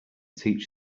teach